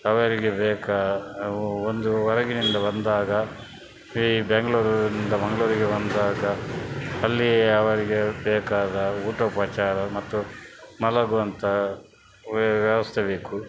ಅವರಿಗೆ ಬೇಕಾ ಒಂದು ಹೊರಗಿನಿಂದ ಬಂದಾಗ ಈ ಬೆಂಗಳೂರಿಂದ ಮಂಗಳೂರಿಗೆ ಬಂದಾಗ ಅಲ್ಲಿ ಅವರಿಗೆ ಬೇಕಾದ ಊಟ ಉಪಚಾರ ಮತ್ತು ಮಲಗುವಂತಹ ವ್ಯವಸ್ಥೆ ಬೇಕು